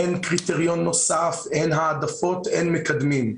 אין קריטריון נוסף, אין העדפות ואין מקדמים.